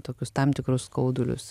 tokius tam tikrus skaudulius